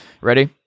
Ready